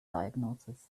diagnosis